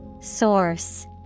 Source